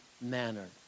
manner